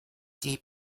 des